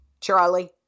Charlie